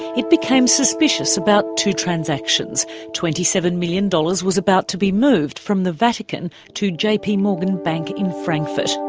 it became suspicious about two transactions twenty seven million dollars was about to be moved from the vatican to jpmorgan bank in frankfurt.